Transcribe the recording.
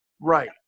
Right